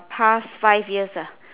past five years ah